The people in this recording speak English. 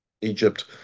Egypt